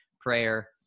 prayer